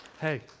Hey